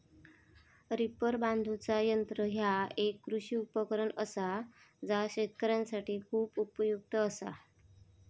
reaper बांधुचा यंत्र ह्या एक कृषी उपकरण असा जा शेतकऱ्यांसाठी खूप उपयुक्त असा